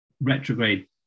retrograde